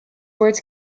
words